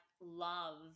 love